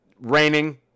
raining